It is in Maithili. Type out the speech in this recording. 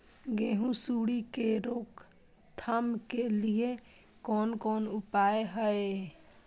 गेहूँ सुंडी के रोकथाम के लिये कोन कोन उपाय हय?